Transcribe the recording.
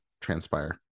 transpire